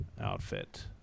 outfit